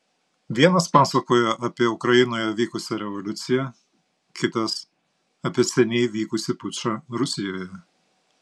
vienas pasakojo apie ukrainoje vykusią revoliuciją kitas apie seniai vykusį pučą rusijoje